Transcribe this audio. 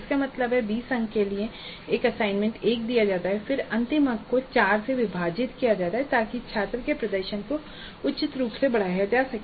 इसका मतलब है कि 20 अंकों के लिए एक असाइनमेंट 1 दिया जाता है फिर अंतिम अंकों को 4 से विभाजित किया जाता है ताकि छात्रों के प्रदर्शन को उचित रूप से बढ़ाया जा सके